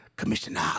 Commissioner